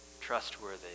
trustworthy